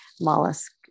mollusk